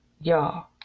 Y'all